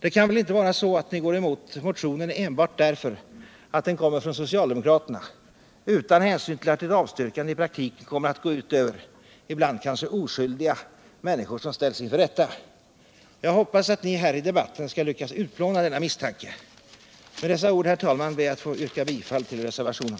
Det kan väl inte vara så att ni går emot motionen enbart därför att den kommer från socialdemokraterna, utan hänsyn till att ett avstyrkande i praktiken kommer att gå ut över — ibland kanske oskyldiga — människor som ställs inför rätta? Jag hoppas att ni här i debatten skall lyckas utplåna denna misstanke. Med dessa ord, herr talman, ber jag att få yrka bifall till reservationen.